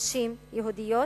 לנשים יהודיות,